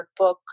workbook